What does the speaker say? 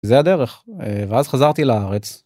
זה הדרך ואז חזרתי לארץ.